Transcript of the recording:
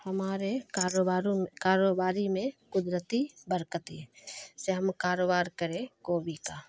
ہمارے کاروباروں میں کاروباری میں قدرتی برکتی چاہے ہم کاروبار کرے کوبی کا